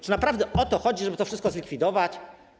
Czy naprawdę o to chodzi, żeby to wszystko zlikwidować?